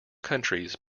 countries